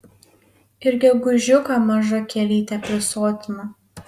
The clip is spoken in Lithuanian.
ir gegužiuką maža kielytė prisotina